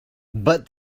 but